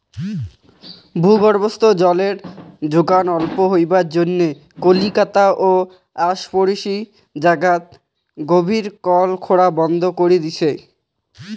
ভূগর্ভস্থ জলের যোগন অল্প হবার জইন্যে কলিকাতা ও আশপরশী জাগাত গভীর কল খোরা বন্ধ করি দিচে